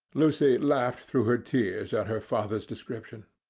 lucy laughed through her tears at her father's description.